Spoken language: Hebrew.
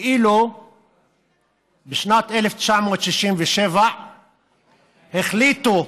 כאילו בשנת 1967 החליטו